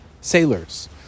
sailors